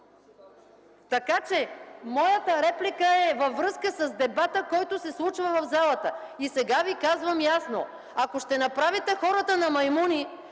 Моята реплика е във връзка с дебата, който се случва в залата. Сега Ви казвам ясно: ако ще направите хората на маймуни